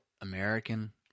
American